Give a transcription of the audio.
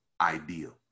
ideal